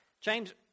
James